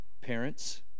Parents